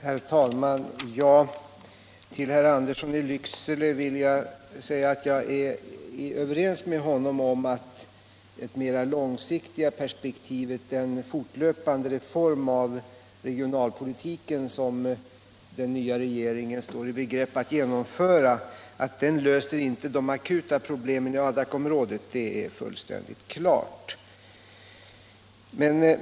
Herr talman! Jag är överens med herr Andersson i Lycksele om att åtgärderna i det mera långsiktiga perspektivet — den fortlöpande reform av regionalpolitiken som den nya regeringen står i begrepp att genomföra —- löser inte de akuta problemen i Adakområdet. Det är fullständigt klart.